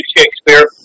Shakespeare